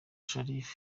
sharifa